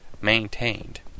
Maintained